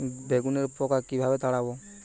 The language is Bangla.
বেগুনের পোকা কিভাবে তাড়াব?